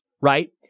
right